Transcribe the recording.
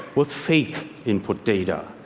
with fake input data.